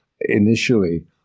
initially